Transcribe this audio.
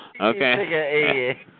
Okay